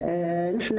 של הביטוח הלאומי,